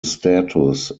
status